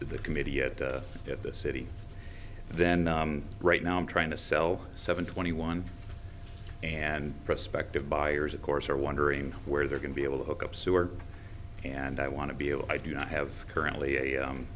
the committee yet at the city then right now i'm trying to sell seven twenty one and prospective buyers of course are wondering where they're going to be able to hook up sewer and i want to be able i do not have currently a